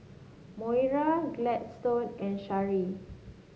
Moira Gladstone and Shari